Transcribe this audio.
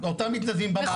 אותם מתנדבים במערכת.